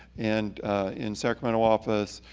and in sacramento office,